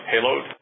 payload